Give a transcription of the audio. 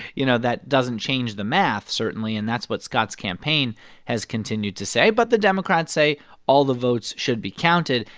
you know, that doesn't change the math, certainly, and that's what scott's campaign has continued to say. but the democrats say all the votes should be counted.